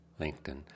LinkedIn